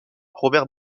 robert